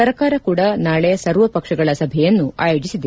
ಸರ್ಕಾರ ಕೂಡ ನಾಳೆ ಸರ್ವಪಕ್ಷಗಳ ಸಭೆಯನ್ನು ಆಯೋಜಿಸಿದೆ